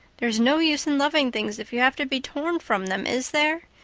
there is no use in loving things if you have to be torn from them, is there?